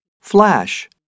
Flash